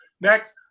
next